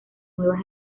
nuevas